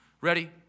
Ready